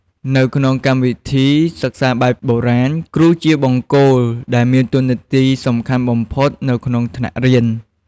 នៅក្នុងកម្មវិធីសិក្សាបែបបុរាណ គ្រូជាបង្គោល ដែលមានតួនាទីសំខាន់បំផុតនៅក្នុងថ្នាក់រៀន។